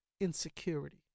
insecurity